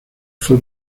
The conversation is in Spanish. fue